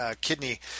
kidney